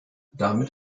damit